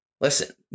Listen